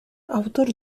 autor